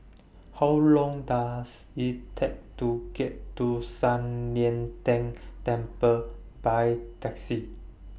How Long Does IT Take to get to San Lian Deng Temple By Taxi